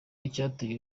icyateye